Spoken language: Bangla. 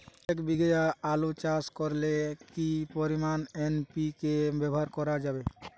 এক বিঘে আলু চাষ করলে কি পরিমাণ এন.পি.কে ব্যবহার করা যাবে?